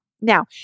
Now